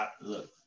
Look